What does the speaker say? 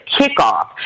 kickoff